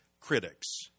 Critics